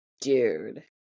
dude